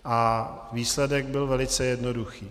A výsledek byl velice jednoduchý.